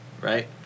right